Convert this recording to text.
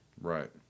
Right